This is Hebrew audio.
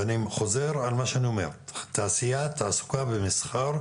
אני חוזר על מה שאני אומר, תעשייה, תעסוקה ומסחר.